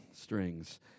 strings